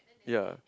ya